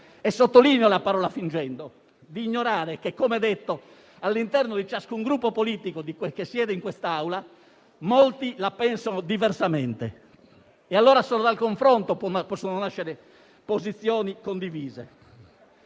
- sottolineo la parola fingendo - di ignorare che, come detto, all'interno di ciascun Gruppo politico che siede in quest'Aula molti la pensano diversamente. Solo dal confronto possono allora nascere posizioni condivise.